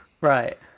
Right